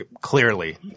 clearly –